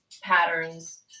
patterns